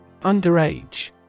Underage